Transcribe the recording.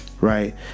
Right